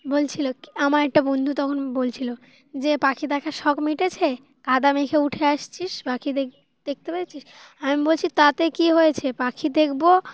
বলছিল কি আমার একটা বন্ধু তখন বলছিলো যে পাখি দেখার শখ মিটেছে কাদা মেখে উঠে আসছিস পাখি দেখ দেখতে পেয়েছিস আমি বলছি তাতে কী হয়েছে পাখি দেখবো